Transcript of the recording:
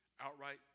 Outright